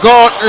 God